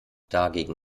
dagegen